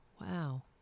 Wow